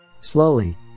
Slowly